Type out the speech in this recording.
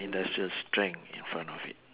industrial strength in front of it